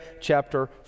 chapter